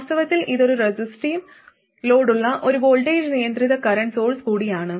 വാസ്തവത്തിൽ ഇതൊരു റെസിസ്റ്റീവ് ലോഡുള്ള ഒരു വോൾട്ടേജ് നിയന്ത്രിത കറന്റ് സോഴ്സ് കൂടിയാണ്